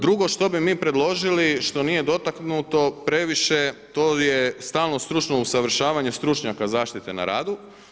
Drugo što bi mi predložili što nije dotaknuto previše, to je stalno stručno usavršavanje stručnjaka zaštite na radu.